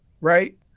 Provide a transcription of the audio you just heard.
right